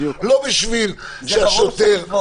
לא בשביל שהשוטר --- ברור שצריך לבדוק.